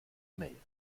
mail